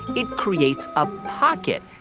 it creates a pocket.